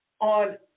on